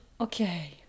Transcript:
Okay